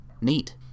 Neat